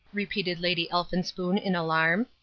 repeated lady elphinspoon in alarm.